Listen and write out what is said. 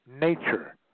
nature